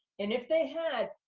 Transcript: and if they had,